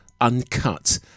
uncut